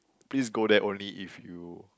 please go there only if you